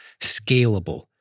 scalable